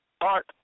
art